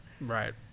Right